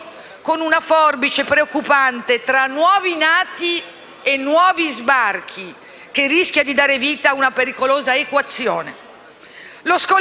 con una forbice preoccupante tra nuovi nati e nuovi sbarchi, che rischia di dare vita a una pericolosa equazione.